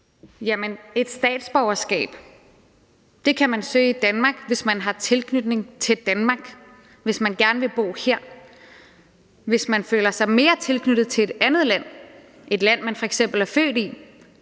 (EL): Et statsborgerskab kan man søge i Danmark, hvis man har tilknytning til Danmark, hvis man gerne vil bo her. Hvis man føler sig mere tilknyttet til et andet land, f.eks. et land, man er født i,